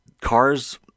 cars